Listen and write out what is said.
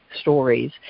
stories